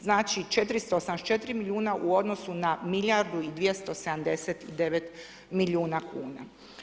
Znači 484 milijuna u odnosu na milijardu 279 milijuna kuna.